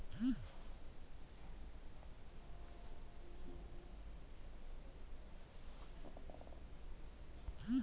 ನಾಲ್ಕು ಪ್ರತ್ಯೇಕ ಕೊಯ್ಲು ಕಾರ್ಯಾಚರಣೆನ ಸಂಯೋಜಿಸೋದ್ರಿಂದ ಕಂಬೈನ್ಡ್ ಎಂಬ ಹೆಸ್ರು ಬಂದಿದೆ